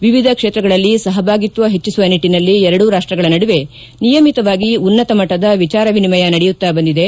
ವಿವಿಧ ಕ್ಷೇತ್ರಗಳಲ್ಲಿ ಸಹಭಾಗಿತ್ವ ಹೆಚ್ಚಿಸುವ ನಿಟ್ಟನಲ್ಲಿ ಎರಡೂ ರಾಷ್ಪಗಳ ನಡುವೆ ನಿಯಮಿತವಾಗಿ ಉನ್ನತಮಟ್ಟದ ವಿಚಾರ ವಿನಿಮಯ ನಡೆಯುತ್ತಾ ಬಂದಿದೆ